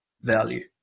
value